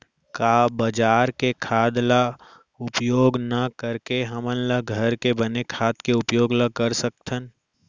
का बजार के खाद ला उपयोग न करके हमन ल घर के बने खाद के उपयोग ल कर सकथन?